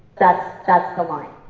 that's that's the line.